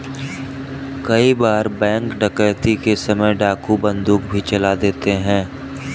कई बार बैंक डकैती के समय डाकू बंदूक भी चला देते हैं